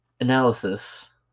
analysis